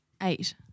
Eight